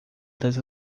das